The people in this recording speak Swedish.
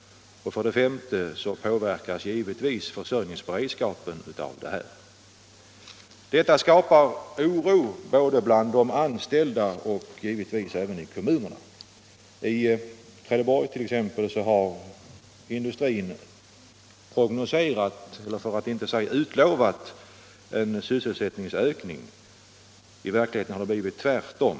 Detta skapar oro såväl bland de anställda som givetvis i kommunerna. I Trelleborg t.ex. har industrin prognoserat, för att inte säga utlovat, en sysselsättningsökning. I verkligheten har det blivit tvärtom.